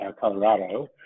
Colorado